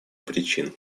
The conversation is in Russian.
причин